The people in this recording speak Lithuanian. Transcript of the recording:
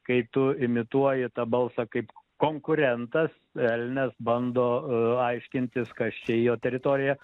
kai tu imituoji tą balsą kaip konkurentas elnias bando aiškintis kas čia į jo teritoriją